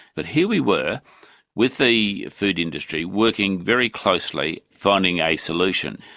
but here we were with the food industry, working very closely, finding a solution.